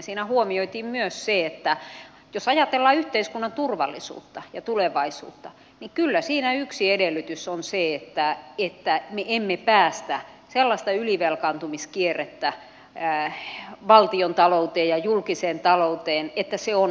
siinä huomioitiin myös se että jos ajatellaan yhteiskunnan turvallisuutta ja tulevaisuutta niin kyllä siinä yksi edellytys on se että me emme päästä valtiontalouteen ja julkiseen talouteen sellaista ylivelkaantumiskierrettä että se on hallitsematonta